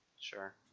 Sure